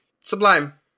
Sublime